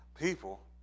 People